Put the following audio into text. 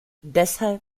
deshalb